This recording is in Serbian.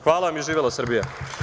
Hvala vam i živela Srbija.